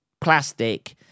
plastic